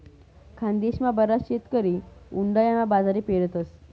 खानदेशमा बराच शेतकरी उंडायामा बाजरी पेरतस